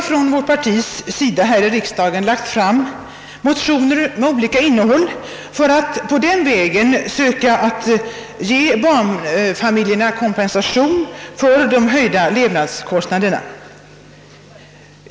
Från vårt partis sida har här i riksdagen framlagts motioner med olika innehåll i syfte att ge barnfamiljerna kompensation för de höjda levnadskostnaderna.